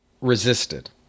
resisted